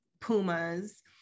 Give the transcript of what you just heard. pumas